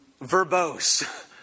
verbose